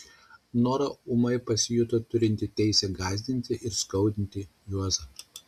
nora ūmai pasijuto turinti teisę gąsdinti ir skaudinti juozą